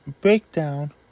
breakdown